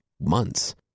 months